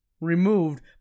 removed